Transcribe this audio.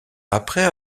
après